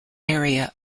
area